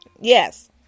Yes